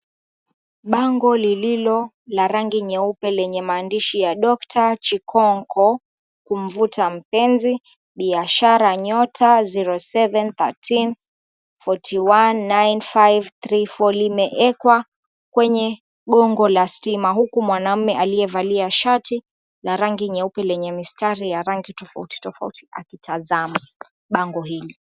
Bango lililo la rangi nyeupe lenye maandishi ya Dokta Chikong'o kumvuta mpenzi, biashara nyota 0713 419534 limeekwa kwenye gongo la stima huku mwanaume aliyevalia shati la rangi nyeupe lenye mistari ya rangi tofauti tofauti akitazama bango hili.